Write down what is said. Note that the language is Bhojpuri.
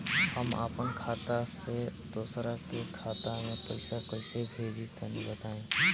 हम आपन खाता से दोसरा के खाता मे पईसा कइसे भेजि तनि बताईं?